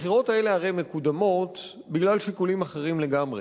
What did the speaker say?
הבחירות האלה הרי מוקדמות בגלל שיקולים אחרים לגמרי,